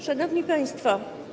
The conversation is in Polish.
Szanowni Państwo!